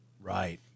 Right